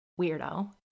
weirdo